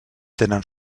tenen